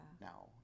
now